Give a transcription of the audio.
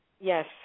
Yes